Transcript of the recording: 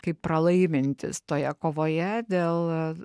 kaip pralaimintys toje kovoje dėl